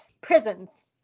prisons